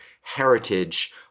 heritage